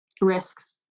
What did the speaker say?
risks